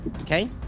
Okay